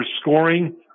scoring